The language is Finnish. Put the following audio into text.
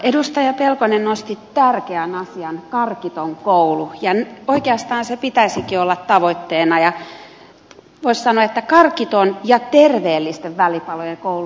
edustaja pelkonen nosti esiin tärkeän asian karkittoman koulun ja oikeastaan sen pitäisikin olla tavoitteena ja voisi sanoa että karkiton ja terveellisten välipalojen koulu